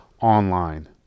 online